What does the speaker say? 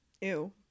ew